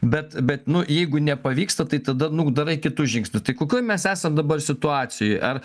bet bet nu jeigu nepavyksta tai tada nu darai kitus žingsnius tai kokioj mes esam dabar situacijoj ar